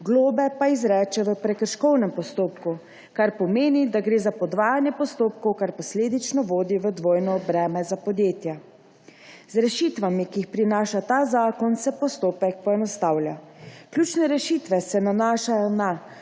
globe pa izreče v prekrškovnem postopku, kar pomeni, da gre za podvajanje postopkov, kar posledično vodi v dvojno breme za podjetja. Z rešitvami, ki jih prinaša ta zakon, se postopek poenostavlja. Ključne rešitve se nanašajo na: